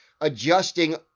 adjusting